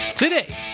Today